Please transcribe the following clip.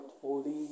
Holy